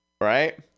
right